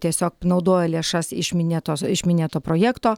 tiesiog panaudoja lėšas iš minėtos iš minėto projekto